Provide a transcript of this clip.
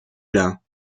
lin